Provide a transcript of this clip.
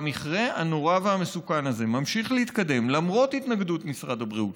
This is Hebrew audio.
והמכרה הנורא והמסוכן הזה ממשיך להתקדם למרות התנגדות משרד הבריאות,